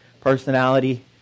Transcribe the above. personality